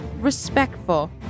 respectful